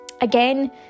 again